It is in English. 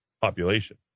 population